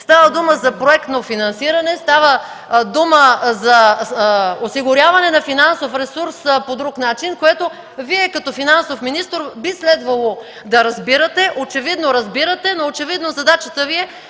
Става дума за проектно финансиране, за осигуряване на финансов ресурс по друг начин, което Вие като финансов министър би следвало да разбирате и очевидно разбирате, очевидно обаче задачата Ви,